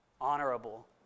honorable